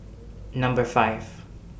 Number five